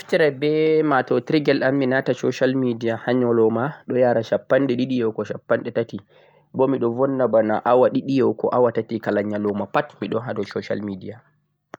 Miɗon naftira be matotirgel am mi nasta social media ha nyaloma ɗon yara shappanɗe ɗiɗi yahugo tati. Bo miɗon vunna bana awa ɗiɗi yahugo awa tati ha nyaloma ado social media